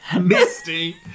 Misty